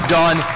done